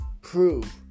prove